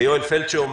ויואל פלדשו,